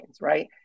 right